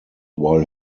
while